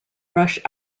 rush